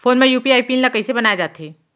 Phone म UPI PIN ल कइसे बनाये जाथे?